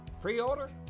Pre-order